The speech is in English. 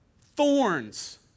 thorns